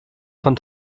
von